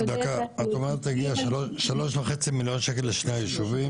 את אומרת הגיע שלוש וחצי מיליון שקל לשני הישובים?